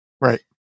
Right